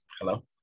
Hello